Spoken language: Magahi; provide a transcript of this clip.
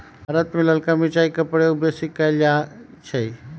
भारत में ललका मिरचाई के प्रयोग बेशी कएल जाइ छइ